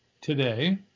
today